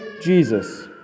Jesus